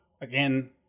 again